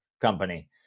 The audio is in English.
company